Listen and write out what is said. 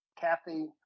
Kathy